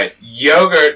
Yogurt